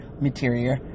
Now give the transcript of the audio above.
material